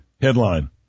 headline